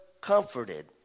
comforted